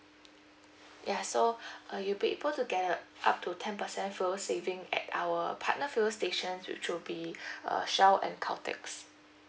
ya so uh you'd be able to get a up to ten percent fuel saving at our partner fuel station which will be uh Shell and Caltex